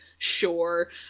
Sure